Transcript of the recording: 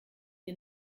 ihr